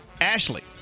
Ashley